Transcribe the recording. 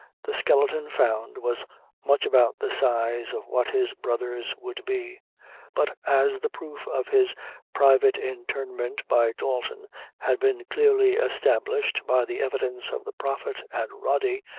the skeleton found was much about the size of what his brother's would be but as the proof of his private interment by dalton had been clearly established by the evidence of the prophet and rody,